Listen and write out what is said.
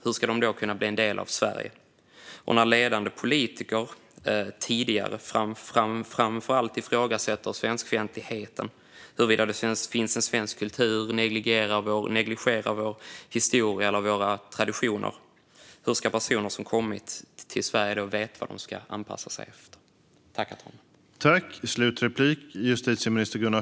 När ledande politiker ifrågasätter - eller, framför allt tidigare, ifrågasatte - svenskfientligheten och huruvida det finns en svensk kultur och negligerar vår historia och våra traditioner, hur ska personer som har kommit till Sverige då veta vad de ska anpassa sig efter?